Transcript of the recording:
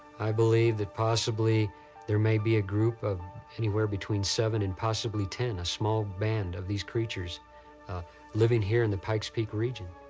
i believe that possibly there may be a group of anywhere between seven and possibly ten. a small band of these creatures living here in the pikes peak region.